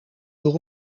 door